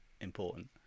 important